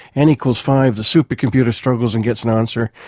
n equal five the supercomputer struggles and gets an answer,